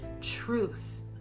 truth